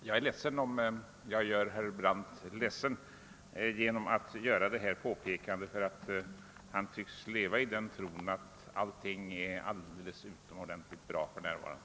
Jag är ledsen, om jag gör herr Brandt ledsen genom ati göra detta påpekande, ty han tycks leva i den tron att allting är alldeles utomordentligt bra för närvarande.